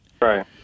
Right